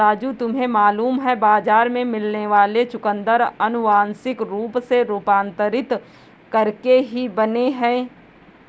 राजू तुम्हें मालूम है बाजार में मिलने वाले चुकंदर अनुवांशिक रूप से रूपांतरित करके ही बने हैं